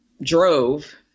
drove